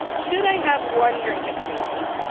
should i have one drink at the meeting?